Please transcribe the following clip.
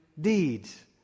deeds